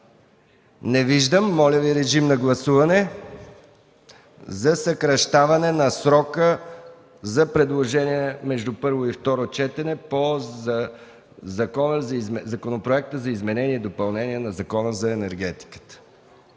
Не виждам. Подлагам на гласуване предложението за съкращаване на срока за предложения между първо и второ четене по Законопроекта за изменение и допълнение на Закона за енергетиката,